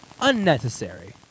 unnecessary